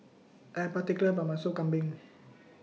I Am particular about My Sop Kambing